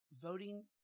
voting